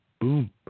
Boom